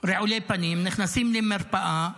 רעולי פנים נכנסים למרפאה